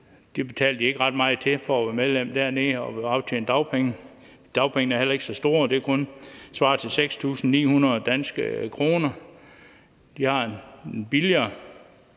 De betaler ikke ret meget for at være medlem dernede og optjene dagpenge, og dagpengene er heller så store. Det svarer kun til 6.900 danske kroner. De har billigere